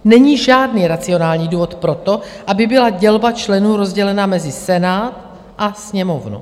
Není žádný racionální důvod pro to, aby byla dělba členů rozdělena mezi Senát a Sněmovnu.